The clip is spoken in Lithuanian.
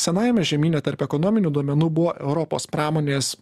senajame žemyne tarp ekonominių duomenų buvo europos pramonės